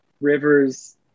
Rivers